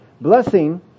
Blessing